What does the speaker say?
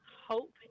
hope